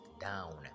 down